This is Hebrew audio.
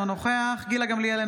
אינו נוכח גילה גמליאל,